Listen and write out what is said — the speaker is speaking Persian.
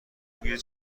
بوی